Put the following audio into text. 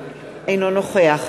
אינו נוכח